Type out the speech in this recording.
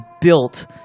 built